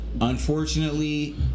Unfortunately